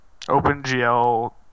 OpenGL